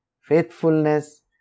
faithfulness